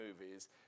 movies